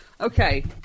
Okay